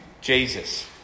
Jesus